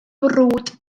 brwd